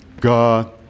God